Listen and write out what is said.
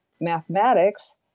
Mathematics